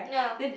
ya